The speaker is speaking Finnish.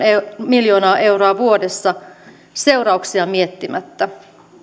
miljoonaa euroa vuodessa seurauksia miettimättä